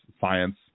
science